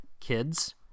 Kids